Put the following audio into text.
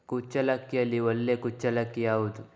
ಕುಚ್ಚಲಕ್ಕಿಯಲ್ಲಿ ಒಳ್ಳೆ ಕುಚ್ಚಲಕ್ಕಿ ಯಾವುದು?